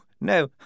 no